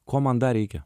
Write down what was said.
ko man dar reikia